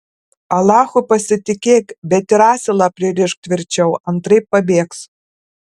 alachu pasitikėk bet ir asilą pririšk tvirčiau antraip pabėgs